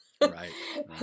Right